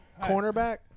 cornerback